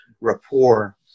rapport